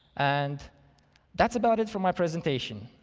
and that's about it for my presentation.